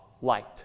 light